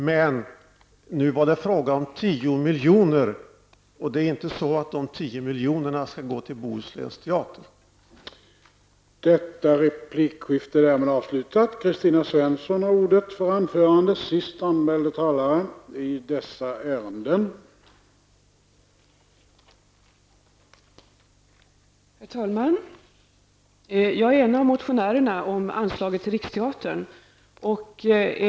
Men nu var det fråga om 10 milj.kr., och det är inte så att dessa 10 milj.kr. skall gå till länsteatern i Bohuslän.